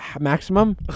maximum